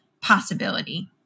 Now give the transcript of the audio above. possibility